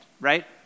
right